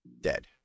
dead